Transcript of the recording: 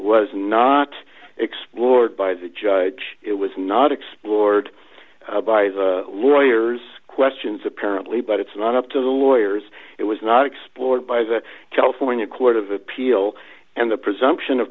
was not explored by the judge it was not explored by the lawyers questions apparently but it's not up to the lawyers it was not explored by the california court of appeal and the presumption of